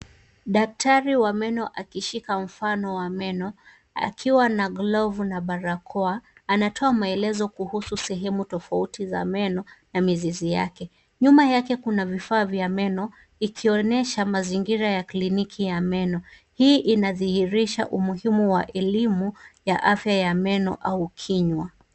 Daktari wa meno akishika mfano wa meno akiwa na glovu na barakoa anatoa maelezo kuhusu sehemu tofauti za meno na mizizi yake. Nyuma yake kuna vifaa vya meno ikionyesha mazingira ya kliniki ya meno. Hii inadhihirisha umuhimu wa elimu ya afya ya meno au kinywa.